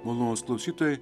malonūs klausytojai